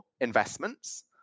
investments